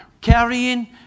carrying